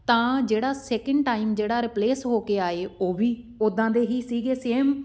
ਤਾਂ ਜਿਹੜਾ second time ਜਿਹੜਾ ਰਿਪਲੇਸ ਹੋ ਕੇ ਆਏ ਉਹ ਵੀ ਉੱਦਾਂ ਦੇ ਹੀ ਸੀਗੇ ਸੇਮ